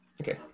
Okay